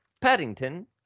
Paddington